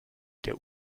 der